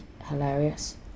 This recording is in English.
hilarious